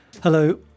Hello